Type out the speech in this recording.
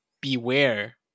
beware